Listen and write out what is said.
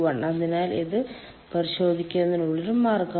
അതിനാൽ ഇത് പരിശോധിക്കുന്നതിനുള്ള ഒരു മാർഗമാണ്